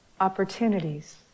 opportunities